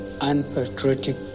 unpatriotic